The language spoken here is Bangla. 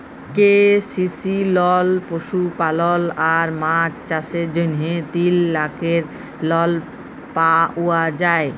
কে.সি.সি লল পশুপালল আর মাছ চাষের জ্যনহে তিল লাখের লল পাউয়া যায়